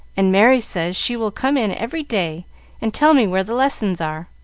and merry says she will come in every day and tell me where the lessons are.